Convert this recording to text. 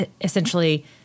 essentially